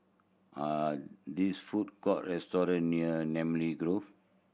are these food court restaurant near Namly Grove